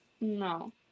No